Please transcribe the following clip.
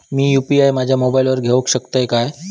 मी UPI माझ्या मोबाईलावर घेवक शकतय काय?